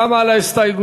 גם על ההסתייגויות,